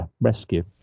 rescue